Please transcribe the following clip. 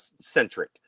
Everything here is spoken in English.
centric